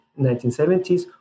1970s